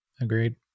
agreed